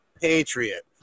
patriot